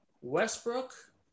Westbrook